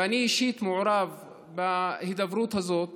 ואני אישית מעורב בהידברות הזאת